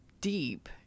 deep